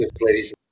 Ladies